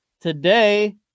Today